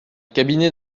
cabinet